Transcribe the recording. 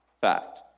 fact